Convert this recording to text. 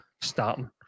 starting